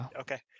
okay